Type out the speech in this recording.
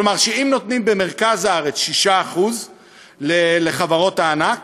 כלומר, אם נותנים במרכז הארץ 6% לחברות הענק